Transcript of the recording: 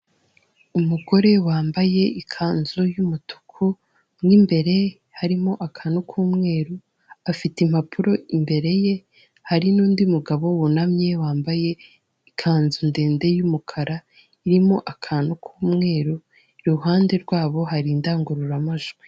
Umugore wambaye ikanzu y'umutuku, mo imbere harimo akantu k'umweru, afite impapuro imbere ye, hari nundi mugabo wunamye wambaye ikanzu ndende y'umukara, irimo akantu k'umweru, iruhande rwabo hari indangururamajwi.